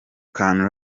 can